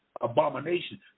abomination